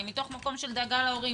אני מתוך מקום של דאגה להורים,